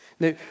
Now